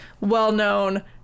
well-known